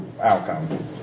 outcome